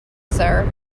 sir